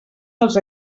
dels